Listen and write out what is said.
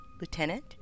Lieutenant